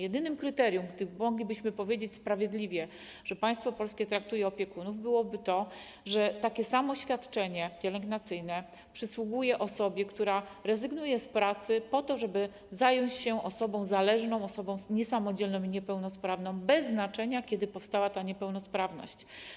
Jedynym kryterium, gdy moglibyśmy powiedzieć, że państwo polskie sprawiedliwie traktuje opiekunów, byłoby to, że takie samo świadczenie pielęgnacyjne przysługuje osobie, która rezygnuje z pracy po to, żeby zająć się osobą zależną, osobą niesamodzielną i niepełnosprawną, bez znaczenia kiedy powstała ta niepełnosprawność.